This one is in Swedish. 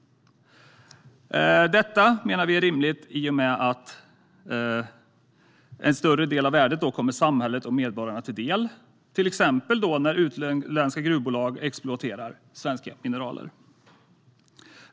Detta menar vi är rimligt i och med att en större del av värdet då kommer samhället och medborgarna till del, till exempel när utländska gruvbolag exploaterar svenska mineraler.